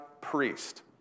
Priest